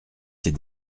ses